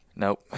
Nope